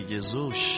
Jesus